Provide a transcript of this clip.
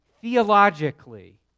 theologically